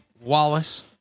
wallace